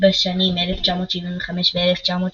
בשנים 1975 ו-1979,